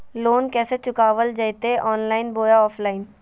Loan कैसे चुकाबल जयते ऑनलाइन बोया ऑफलाइन?